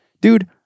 dude